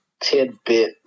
tidbit